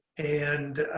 and